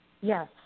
Yes